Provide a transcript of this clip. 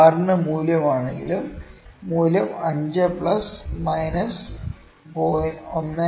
R ന്റെ മൂല്യം ആണെങ്കിലും മൂല്യം 5 പ്ലസ് മൈനസ് 0